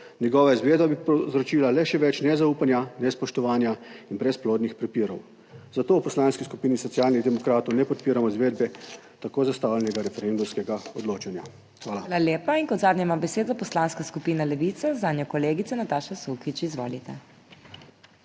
njegova izvedba bi povzročila le še več nezaupanja, nespoštovanja in brezplodnih prepirov. Zato v Poslanski skupini Socialnih demokratov ne podpiramo izvedbe tako zastavljenega referendumskega odločanja. Hvala. **PODPREDSEDNICA MAG. MEIRA HOT:** Hvala lepa. In kot zadnja ima besedo Poslanska skupina Levica, zanjo kolegica Nataša Sukič. Izvolite.